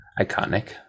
iconic